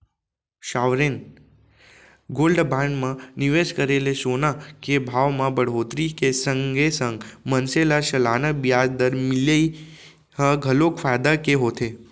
sovereign gold bond म निवेस करे ले सोना के भाव म बड़होत्तरी के संगे संग मनसे ल सलाना बियाज दर मिलई ह घलोक फायदा के होथे